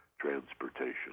transportation